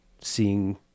seeing